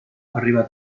arriba